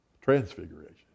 Transfiguration